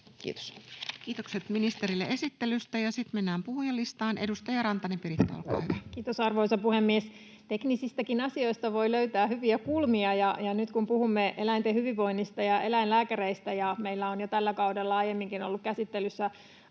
Kiitokset ministerille esittelystä. — Ja sitten mennään puhujalistaan. — Edustaja Rantanen Piritta, olkaa hyvä. Kiitos, arvoisa puhemies! Teknisistäkin asioista voi löytää hyviä kulmia. Nyt puhumme eläinten hyvinvoinnista ja eläinlääkäreistä, ja meillä on jo tällä kaudella aiemminkin ollut käsittelyssä